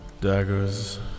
daggers